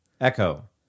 Echo